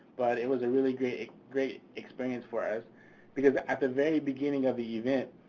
but it was a really great great experience for us because at the very beginning of the event,